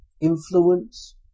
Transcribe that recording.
influence